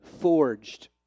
forged